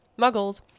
muggles